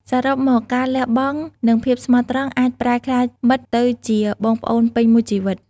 សរុបមក ការលះបង់ និងភាពស្មោះត្រង់អាចប្រែក្លាយមិត្តភាពទៅជាបងប្អូនពេញមួយជីវិត។